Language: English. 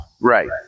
Right